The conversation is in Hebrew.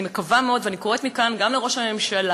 אני מקווה מאוד, ואני קוראת מכאן גם לראש הממשלה,